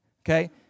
Okay